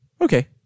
Okay